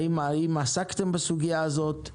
האם עסקתם בסוגיה הזאת?